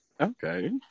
Okay